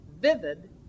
vivid